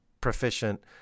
proficient